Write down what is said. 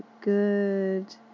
good